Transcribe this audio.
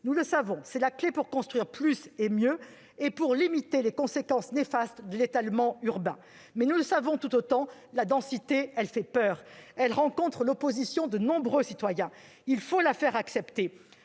Nous le savons, c'est la clé pour construire plus et mieux et pour limiter les conséquences néfastes de l'étalement urbain, mais, nous le savons tout autant, la densité fait peur et rencontre l'opposition de nombreux citoyens. Il faut la faire accepter.